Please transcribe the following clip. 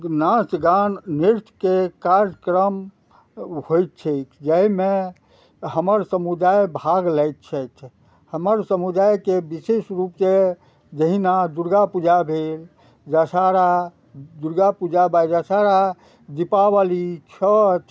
नाच गान नृत्यके कार्यक्रम होइत छैक जैमे हमर समुदाय भाग लैत छथि हमर समुदायके विशेष रूपसँ जहिना दुर्गा पूजा भेल दशहरा दुर्गा पूजा बाद दशहरा दीपावली छठ